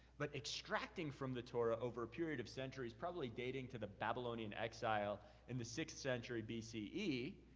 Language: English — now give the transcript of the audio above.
but extracting from the torah over a period of centuries, probably dating to the babylonian exile in the sixth century b c e,